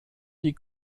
die